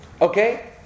Okay